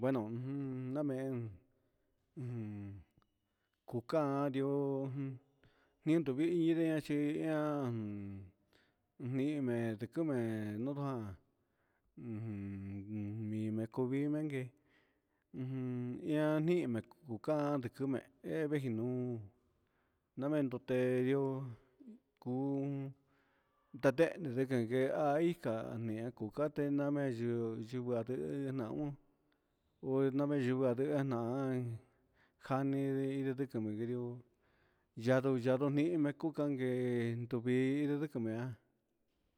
Bueno ujun namee ujun cucaan ndioo jun induvii yindia chian ujun mee ndiquimi nuan ujun necuuve gueen ian nihin mecuca ndiqui me evejinuun nda mendutee yu cuu nda tehe ndecundee ian ca nian cucate name yɨɨ yivɨa ndehe naun uvi name yuu nain jani ndiqui ndiqui yandu yandu mihin mecu canguee nduvii siquimia